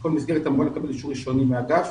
כל מסגרת צריכה אישור ראשוני מהאגף